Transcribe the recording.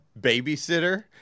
babysitter